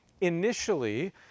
initially